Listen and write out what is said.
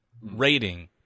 rating